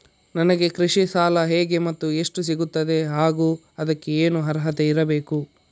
ನನಗೆ ಕೃಷಿ ಸಾಲ ಹೇಗೆ ಮತ್ತು ಎಷ್ಟು ಸಿಗುತ್ತದೆ ಹಾಗೂ ಅದಕ್ಕೆ ಏನು ಅರ್ಹತೆ ಇರಬೇಕು?